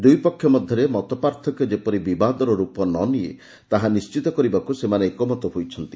ଦୁଇ ପକ୍ଷ ମଧ୍ୟରେ ମତପାର୍ଥକ୍ୟ ଯେପରି ବିବାଦର ରୂପ ନ ନିଏ ତାହା ନିଶ୍ଚିତ କରିବାକୁ ସେମାନେ ଏକମତ ହୋଇଛନ୍ତି